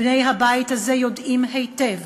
בני הבית הזה יודעים היטב,